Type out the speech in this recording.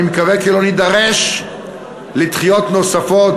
אני מקווה כי לא נידרש לדחיות נוספות.